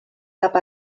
cap